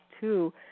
two